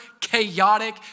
chaotic